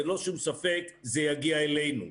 ללא שום ספק זה יגיע אלינו,